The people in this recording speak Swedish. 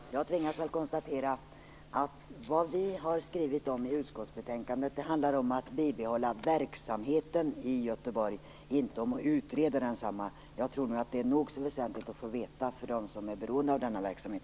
Fru talman! Jag tvingas att konstatera att vad vi har skrivit om i utskottsbetänkandet handlar om att man skall bibehålla verksamheten i Göteborg, inte om att densamma skall utredas. Jag tror att detta är nog så väsentligt att få veta för dem som är beroende av denna verksamhet.